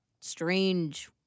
strange